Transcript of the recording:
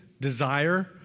Desire